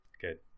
Good